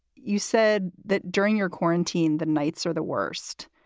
you said that during your quarantine, the nights are the worst.